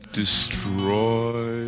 destroy